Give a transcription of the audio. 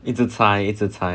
it the five the time